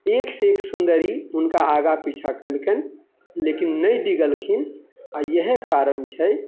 एकसँ एक सुन्दरी हुनका आगाँ पिछाँ केलकनि लेकिन नहि डिगलखिन आओर इएह कारण छै कि